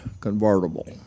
convertible